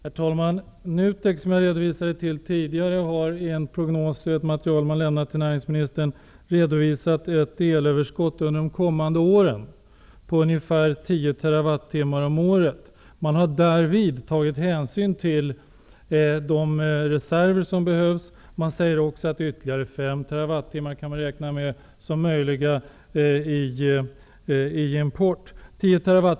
Herr talman! NUTEK, som jag hänvisade till tidigare, har i ett material som man lämnat till näringsministern redovisat ett elöverskott under de kommande åren på ungefär 10 TWh per år. Man har därvid tagit hänsyn till de reserver som behövs. Man säger också att ytterligare 5 TWh är att räkna med som möjliga i fråga om import.